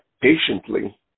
patiently